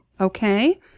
Okay